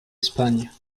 españa